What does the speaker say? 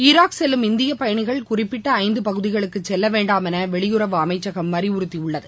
Iraq செல்லும் இந்தியபயணிகள் குறிப்பிட்டஐந்துபகுதிகளுக்குசெல்லவேண்டாம் என்றுவெளியுறவு அமைச்சகம் அறிவுறுத்தியுள்ளது